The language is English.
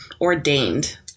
ordained